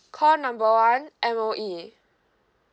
call number one M_O_E